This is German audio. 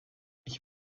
ich